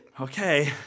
Okay